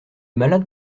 malades